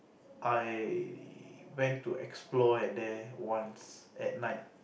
I went to explore at there once at night